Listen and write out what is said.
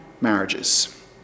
marriages